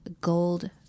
gold